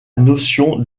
notion